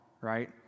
right